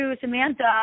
Samantha